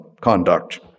conduct